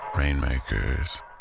Rainmakers